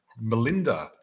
Melinda